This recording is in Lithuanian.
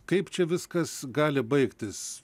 kaip čia viskas gali baigtis